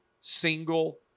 single